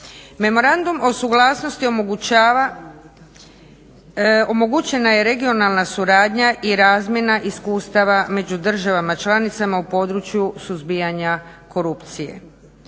Memorandum o suglasnosti omogućena je regionalna suradnja i razmjena iskustava među državama članicama u području suzbijanja korupcije.